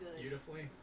beautifully